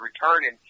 returning